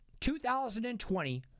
2020